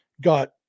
Got